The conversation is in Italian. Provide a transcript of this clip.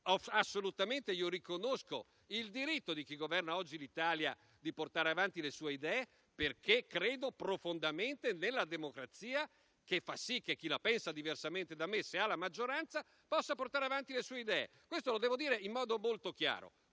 quindi, assolutamente riconosco il diritto di chi governa oggi l'Italia di portare avanti le sue idee, perché credo profondamente nella democrazia che fa sì che chi la pensa diversamente da me, se ha la maggioranza, possa portare avanti le sue idee. Questo lo devo dire in modo molto chiaro